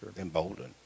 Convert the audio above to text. emboldened